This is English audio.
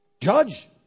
Judge